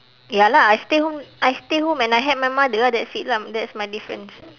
ya lah I stay home I stay home and I help my mother ha that's it lah that's my difference